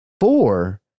four